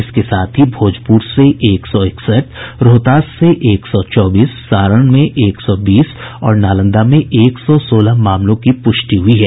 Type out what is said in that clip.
इसके साथ ही भोजपुर में एक सौ इकसठ रोहतास में एक सौ चौबीस सारण में एक सौ बीस और नालंदा में एक सौ सोलह मामलों की पुष्टि हुई है